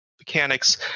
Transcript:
mechanics